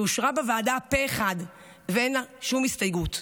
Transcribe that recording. שאושרה בוועדה פה אחד ואין לה שום הסתייגות.